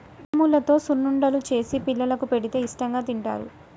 మినుములతో సున్నుండలు చేసి పిల్లలకు పెడితే ఇష్టాంగా తింటారు